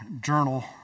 Journal